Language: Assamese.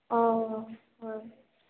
অঁ হয়